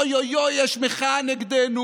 אוי אוי אוי, יש מחאה נגדנו.